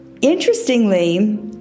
Interestingly